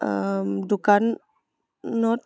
দোকানত